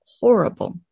horrible